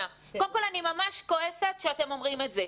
קודם כל אני ממש כועסת שאתם אומרים את זה.